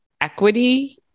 equity